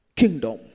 kingdom